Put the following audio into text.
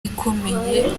ikomeye